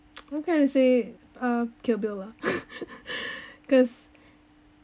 what can I say uh kill bill lah cause